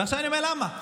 ועכשיו אני אומר: למה?